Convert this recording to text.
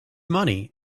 money